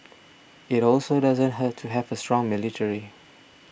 it also doesn't hurt to have a strong military